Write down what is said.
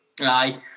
Aye